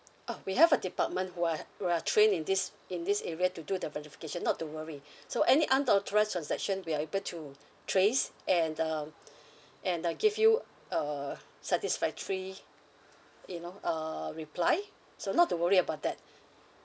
ah we have a department who are who are trained in this in this area to do the verification not to worry so any unauthorised transaction we are able to trace and um and uh give you a satisfactory you know uh reply so not to worry about that